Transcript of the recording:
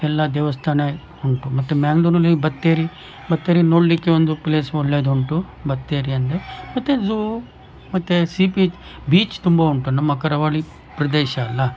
ಎಲ್ಲ ದೇವಸ್ಥಾನ ಉಂಟು ಮತ್ತೆ ಮ್ಯಾಂಗ್ಲೂರಿನಲ್ಲಿ ಬತ್ತೇರಿ ಬತ್ತೇರಿ ನೋಡಲಿಕ್ಕೆ ಒಂದು ಪ್ಲೇಸ್ ಒಳ್ಳೇದುಂಟು ಬತ್ತೇರಿಯಲ್ಲಿ ಮತ್ತೆ ಝೂ ಮತ್ತೆ ಸೀ ಪೀಚ್ ಬೀಚ್ ತುಂಬ ಉಂಟು ನಮ್ಮ ಕರಾವಳಿ ಪ್ರದೇಶ ಅಲ್ಲ